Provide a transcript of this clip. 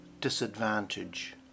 disadvantage